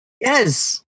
Yes